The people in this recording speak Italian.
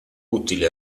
utili